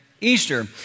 Easter